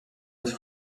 els